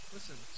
Listen